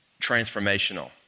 transformational